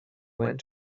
went